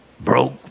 Broke